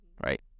right